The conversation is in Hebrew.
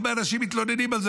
הרבה מאוד אנשים מתלוננים על זה,